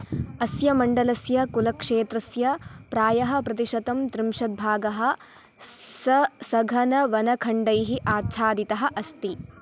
अस्य मण्डलस्य कुलक्षेत्रस्य प्रायः प्रतिशतं त्रिंशद्भागः स सघनवनखण्डैः आच्छादितः अस्ति